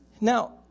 Now